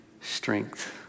strength